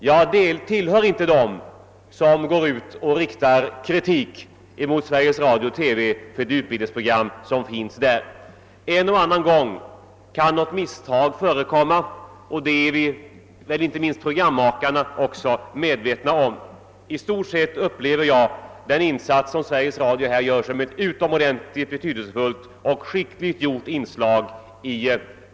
Jag tillhör alltså inte dem som riktar kritik mot Sveriges Radio för det utbildningsprogram som finns där. En och annan gång kan något misstag förekomma och det är inte minst programmakarna medvetna om. I stort sett upplever jag dock den insats som Sveriges Radio gör i det svenska utbildningsväsendet som utomordentligt betydelsefull och skicklig.